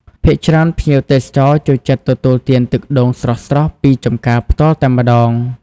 ភាគច្រើនភ្ញៀវទេសចរចូលចិត្តទទួលទានទឹកដូងស្រស់ៗពីចម្ការផ្ទាល់តែម្តង។